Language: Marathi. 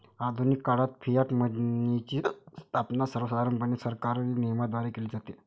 आधुनिक काळात फियाट मनीची स्थापना सर्वसाधारणपणे सरकारी नियमनाद्वारे केली जाते